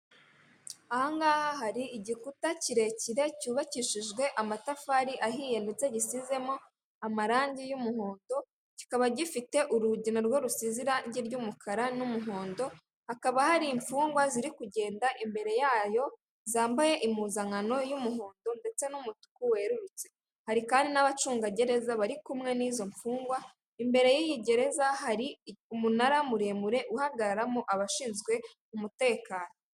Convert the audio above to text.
Ahangaha hari igikuta kirekire cyubakishijwe amatafari ahiye ndetse gisizemo amarangi y'umuhondo kikaba gifite urugi na rwo rusize irangi ry'umukara n'umuhondo, hakaba hari imfungwa ziri kugenda imbere yayo zambaye impuzankano y'umuhondo ndetse n'umutuku werurutse, hari kandi n'abacungagereza bari kumwe n'izo mfungwa, imbere y'iyi gereza hari umunara muremure uhagararamo abashinzwe umutekano.